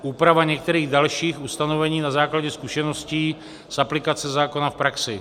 Úprava některých dalších ustanovení na základě zkušeností z aplikace ze zákona v praxi.